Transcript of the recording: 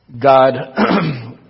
God